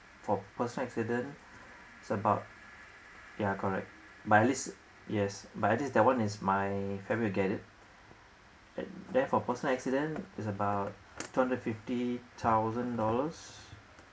for personal accident it's about yeah correct but at least yes but at least that one is my family who get it and then for personal accident is about two hundred fifty thousand dollars